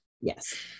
Yes